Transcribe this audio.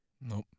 Nope